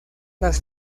las